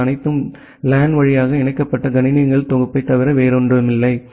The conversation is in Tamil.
பிக்கள் அனைத்தும் லேன் வழியாக இணைக்கப்பட்ட கணினிகளின் தொகுப்பைத் தவிர வேறில்லை